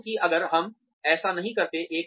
क्योंकि अगर हम ऐसा नहीं करते हैं